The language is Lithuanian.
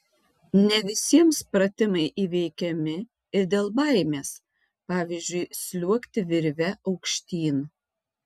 ne visiems pratimai įveikiami ir dėl baimės pavyzdžiui sliuogti virve aukštyn